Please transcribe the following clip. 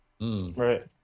Right